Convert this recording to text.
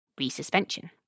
resuspension